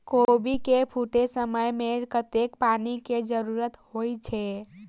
कोबी केँ फूटे समय मे कतेक पानि केँ जरूरत होइ छै?